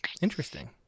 Interesting